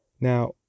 Now